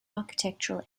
architectural